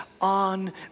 on